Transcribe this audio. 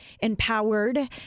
empowered